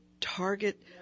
target